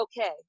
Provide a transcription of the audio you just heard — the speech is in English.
okay